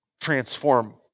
transform